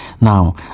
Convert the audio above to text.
now